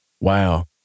Wow